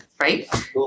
right